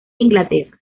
inglaterra